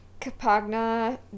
Capagna